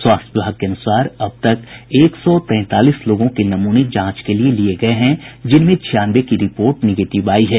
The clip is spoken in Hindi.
स्वास्थ्य विभाग के अनुसार अब तक एक सौ तैंतालीस लोगों के नमूने जांच के लिए गये हैं जिसमें छियानवे की रिपोर्ट निगेटिव आयी है